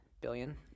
billion